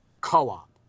co-op